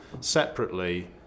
separately